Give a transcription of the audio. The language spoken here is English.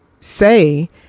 say